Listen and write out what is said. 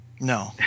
No